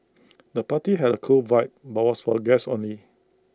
the party had A cool vibe but was for guests only